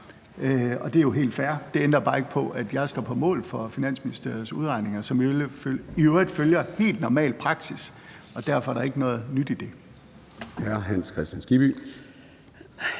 det er jo helt fair. Det ændrer bare ikke på, at jeg står på mål for Finansministeriets udregninger, som i øvrigt følger helt normal praksis, og derfor er der ikke noget nyt i det.